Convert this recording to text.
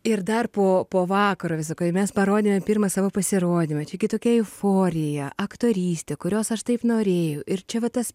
ir dar po po vakaro viso kai mes parodėme pirmą savo pasirodymą čia gi tokia euforija aktorystė kurios aš taip norėjau ir čia va tas